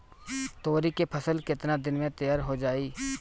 तोरी के फसल केतना दिन में तैयार हो जाई?